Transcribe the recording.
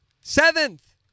seventh